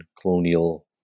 colonial